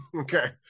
Okay